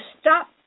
stop